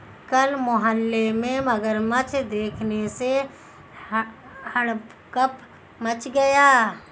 कल मोहल्ले में मगरमच्छ देखने से हड़कंप मच गया